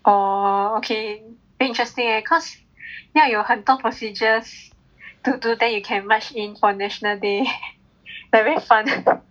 oh okay very interesting eh cause 要有很多 procedures to do then you can march in for national day like very fun